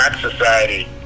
society